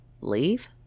leave